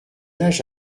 âge